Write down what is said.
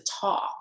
talk